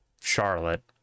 Charlotte